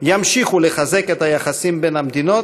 ימשיכו לחזק את היחסים בין המדינות,